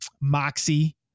moxie